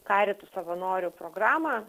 karitų savanorių programą